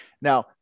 Now